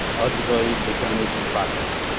eligibility determination processes.